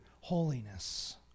holiness